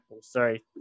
Sorry